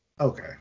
Okay